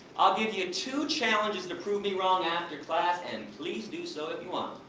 i'll give you two challenges to prove me wrong after class and please do so if you want.